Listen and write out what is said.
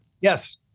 Yes